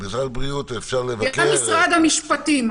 גם משרד המשפטים.